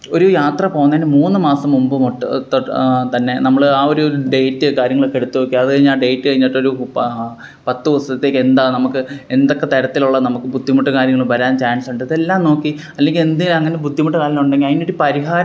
ഒരു യാത്ര പോകുന്നതിന് മൂന്ന് മാസം മുമ്പ് മൊട്ട് തൊട്ട് തന്നെ നമ്മള് ആ ഒര് ഡേറ്റ് കാര്യങ്ങളൊക്കെ എടുത്ത് നോക്കുക അത്കഴിഞ്ഞാൽ ഡേറ്റ് കഴിഞ്ഞിട്ടൊര് മുപ്പാ പത്ത് ദിവസത്തേക്ക് എന്താ നമുക്ക് എന്തൊക്കെ തരത്തിലുള്ള നമുക്ക് ബുദ്ധിമുട്ട് കാര്യങ്ങള് വരാന് ചാന്സ് ഉണ്ട് ഇതെല്ലാം നോക്കി അല്ലെങ്കില് എന്തിനാ അങ്ങനെ ബുദ്ധിമുട്ടൊരാൾക്ക് ഉണ്ടെങ്കിൽ അതി നൊര് പരിഹാരം നമ്മള്